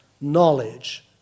knowledge